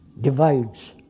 divides